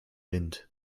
wind